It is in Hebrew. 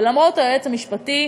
ולמרות היועץ המשפטי,